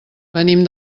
venim